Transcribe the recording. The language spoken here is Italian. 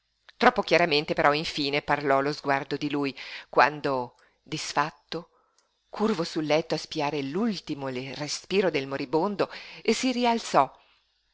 troppo chiaramente però infine parlò lo sguardo di lui quando disfatto curvo sul letto a spiare l'ultimo respiro del moribondo si rialzò